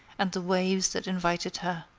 and the waves that invited her.